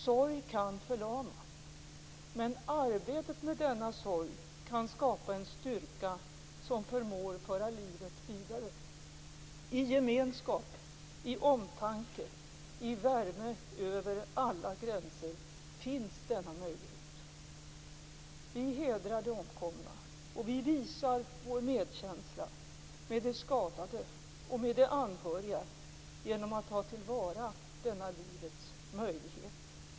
Sorg kan förlama. Men arbetet med denna sorg kan skapa en styrka som förmår föra livet vidare. I gemenskap, i omtanke, i värme över alla gränser finns denna möjlighet. Vi hedrar de omkomna, och vi visar vår medkänsla med de skadade och med de anhöriga genom att ta till vara denna livets möjlighet.